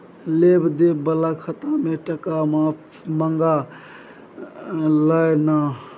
लेब देब बला खाता मे टका मँगा लय ना